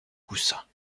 coussins